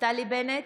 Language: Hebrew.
נפתלי בנט,